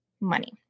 money